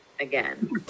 again